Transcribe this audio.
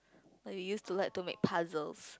like we used to like to make puzzles